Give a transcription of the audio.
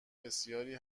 بسیاری